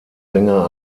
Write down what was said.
sänger